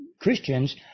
Christians